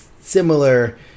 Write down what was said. similar